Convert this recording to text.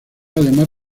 además